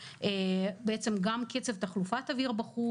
בעצם גם קצב תחלופת אוויר בחוץ,